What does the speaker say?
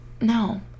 No